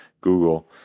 Google